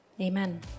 Amen